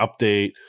update